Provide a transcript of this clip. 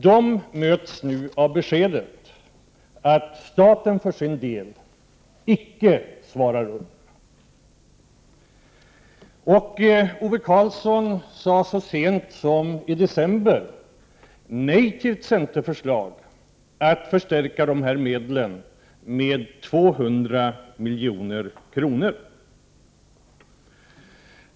De möts nu av beskedet att staten för sin del icke svarar upp. Ove Karlsson sade så sent som i december nej till ett centerförslag att förstärka de här medlen med 200 milj.kr.